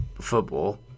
football